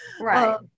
Right